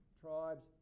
tribes